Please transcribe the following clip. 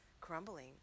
crumbling